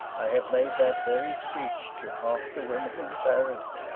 i have made that very speech to half the women in paris.